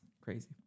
Crazy